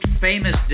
famous